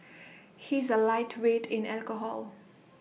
he is A lightweight in alcohol